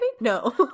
no